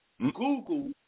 Google